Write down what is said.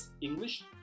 English